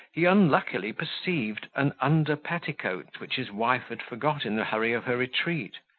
he unluckily perceived an under-petticoat, which his wife had forgot in the hurry of her retreat.